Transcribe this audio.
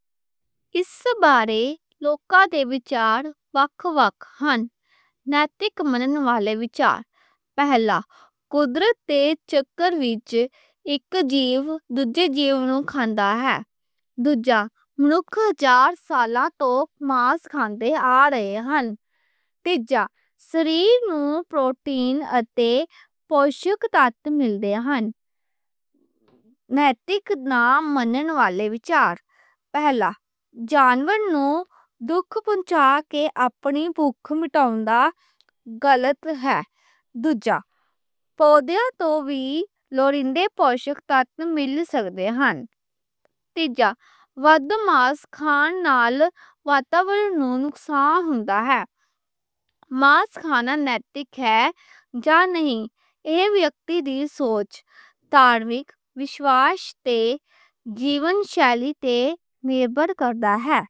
اس بارے جو لوکاں دے وچار وکھ وکھ نیں۔ نیتک منن والے وچار پہلا، قدرت دے چکر وچ اک جیو دوجے جیو نوں کھاندا ہے۔ دو جا، منکھ ہزار سالاں توں ماس کھاندے آ رہے نیں۔ تِجّا، سریر نوں پروٹین اتے پوشک تَت ملدے نیں۔ نیتک نامنّن والے وچار پہلا، جانور نوں دُکھ پہنچا کے اپنی بھکھ مٹاؤندا غلط ہے۔ دو جا، پودے توں وی لوڑین دے پوشک تَت مل سکدے نیں۔ تِجّا، ودھ ماس کھان نال واتاورن نوں نقصان ہوندا ہے۔ ماس کھانا نیتک ہے جا نہیں، ایہ بندہ دی سوچ، طریق، وشواش تے، جیون شَیلی تے نِربھر کر دا ہے۔